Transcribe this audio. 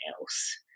else